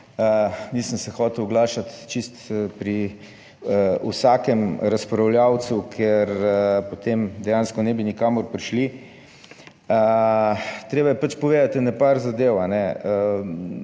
Nisem se hotel oglašati čisto pri vsakem razpravljavcu, ker potem dejansko ne bi nikamor prišli. Treba je pač povedati ene par zadev.